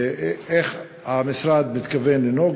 איך המשרד מתכוון לנהוג,